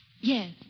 yes